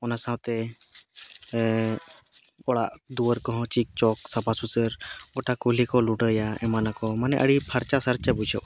ᱚᱱᱟ ᱥᱟᱶᱛᱮ ᱚᱲᱟᱜᱼᱫᱩᱭᱟᱹᱨ ᱠᱚᱦᱚᱸ ᱪᱤᱠᱪᱚᱠ ᱥᱟᱯᱷᱟᱼᱥᱩᱥᱟᱹᱨ ᱜᱚᱴᱟ ᱠᱩᱞᱦᱤᱞᱚ ᱞᱩᱰᱟᱹᱭᱟ ᱮᱢᱟᱱᱟᱠᱚ ᱢᱟᱱᱮ ᱟᱹᱰᱤ ᱯᱷᱟᱨᱪᱟᱼᱥᱟᱨᱪᱟ ᱵᱩᱡᱷᱟᱹᱜᱼᱟ